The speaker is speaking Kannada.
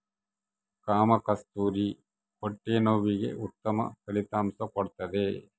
ಕಾಮಕಸ್ತೂರಿ ಹೊಟ್ಟೆ ನೋವಿಗೆ ಉತ್ತಮ ಫಲಿತಾಂಶ ಕೊಡ್ತಾದ